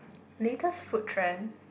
latest food trend